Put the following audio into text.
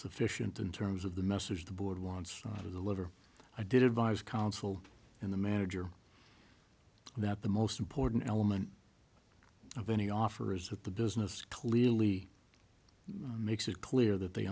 sufficient in terms of the message the board wants to deliver i did advise counsel and the manager that the most important element vinnie offer is with the business clearly makes it clear that they